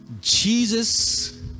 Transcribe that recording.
jesus